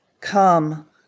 Come